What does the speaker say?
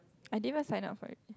I didn't sign up for it